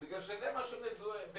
כי זה מה שזה מזוהה איתו.